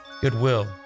goodwill